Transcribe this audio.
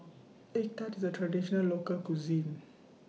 Egg Tart IS A Traditional Local Cuisine